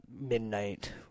midnight